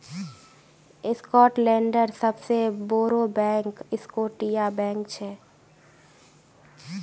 स्कॉटलैंडेर सबसे बोड़ो बैंक स्कॉटिया बैंक छे